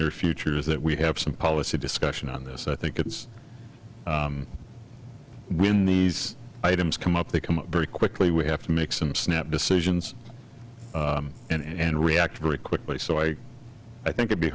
near future is that we have some policy discussion on this i think it is when these items come up they come up very quickly we have to make some snap decisions and react very quickly so i i think it be